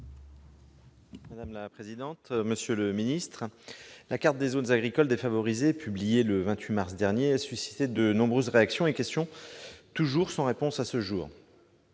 l'alimentation. Monsieur le ministre, la carte des zones agricoles défavorisées, publiée le 28 mars dernier, a suscité de nombreuses réactions et questions, qui restent sans réponse à ce jour.